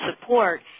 support